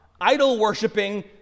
idol-worshiping